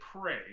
pray